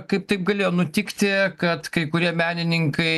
kaip taip galėjo nutikti kad kai kurie menininkai